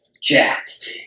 Jacked